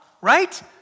right